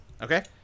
Okay